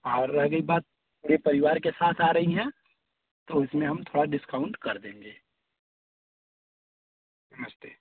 और और एक बात पूरे परिवार के साथ आ रही हैं तो इसमें हम थोड़ा डिस्काउंट कर देंगे नमस्ते